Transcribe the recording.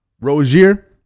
Rozier